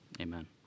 Amen